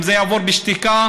אם זה יעבור בשתיקה,